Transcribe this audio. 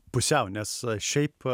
pusiau nes šiaip